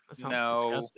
no